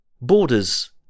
Borders